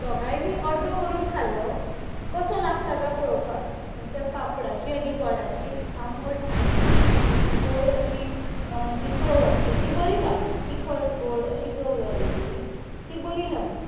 दोगांयनी अर्दो करून खालो कसो लागता काय पळोवपाक त्या पापडाची आनी गोडाची आबंट मातशी अशी गोड अशी जी चव आसली ती बरी लागली तिकट गोड अशी चव जाली ताची ती बरी लागली